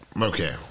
Okay